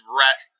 rat